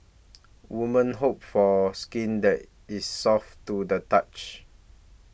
women hope for skin that is soft to the touch